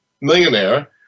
millionaire